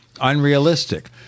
unrealistic